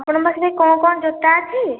ଆପଣଙ୍କ ପାଖରେ କଣ କଣ ଜୋତା ଅଛି